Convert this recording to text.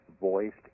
voiced